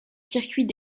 circuits